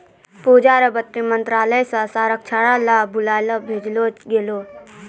पूजा क वित्त मंत्रालय स साक्षात्कार ल बुलावा भेजलो गेलै